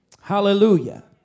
Hallelujah